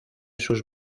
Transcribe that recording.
sus